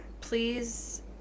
please